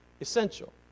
Essential